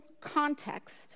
context